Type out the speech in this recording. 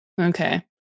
Okay